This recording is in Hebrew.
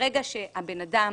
שברגע שהאדם